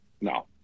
No